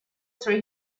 three